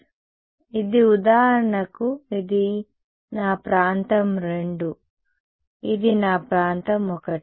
కాబట్టి ఇది ఉదాహరణకు ఇది నా ప్రాంతం II ఇది నా ప్రాంతం I